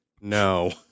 No